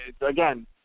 again